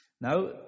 Now